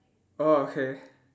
oh K